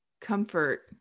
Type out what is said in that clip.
comfort